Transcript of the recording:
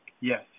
Yes